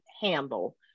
handle